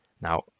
Now